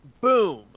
boom